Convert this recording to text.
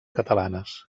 catalanes